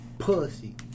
Pussy